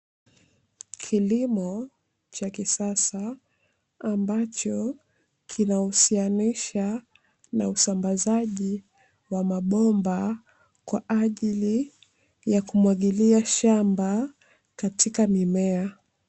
Kilimo cha kisasa ambacho kinahusianisha na usambazaji wa mabomba, kwa ajili ya kumwagilia shamba katika mimea.